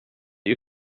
you